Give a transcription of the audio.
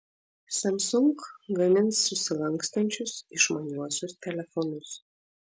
samsung gamins susilankstančius išmaniuosius telefonus